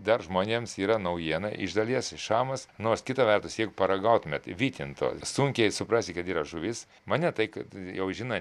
dar žmonėms yra naujiena iš dalies šamas nors kita vertus jeigu paragautumėt vytinto sunkiai suprasi kad yra žuvis mane tai kad jau žinai